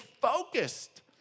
focused